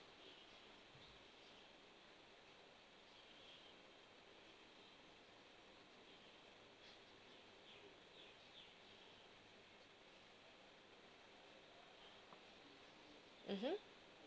mmhmm